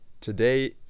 today